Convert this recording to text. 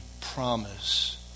promise